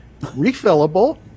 refillable